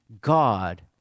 God